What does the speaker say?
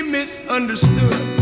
misunderstood